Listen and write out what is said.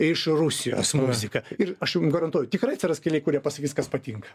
iš rusijos muzika ir aš jum garantuoju tikrai atsiras keli kurie pasakys kas patinka